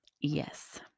Yes